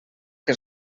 que